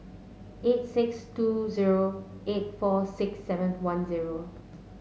eight six two zero eight four six seven one zero